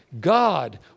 God